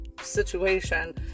situation